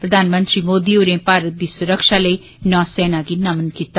प्रधानमंत्री मोदी होरें भारत दी सुरक्षा लेई नौसेना गी नमन कीता